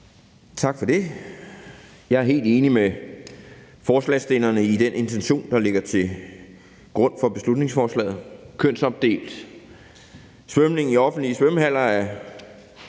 Tak for det. Jeg er helt enig med forslagsstillerne i den intention, der ligger til grund for beslutningsforslaget. Kønsopdelt svømning i offentlige svømmehaller er